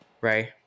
right